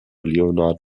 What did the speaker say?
leonard